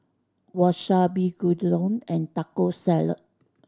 Wasabi Gyudon and Taco Salad